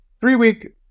Three-week